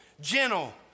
gentle